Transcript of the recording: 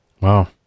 Wow